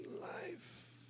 life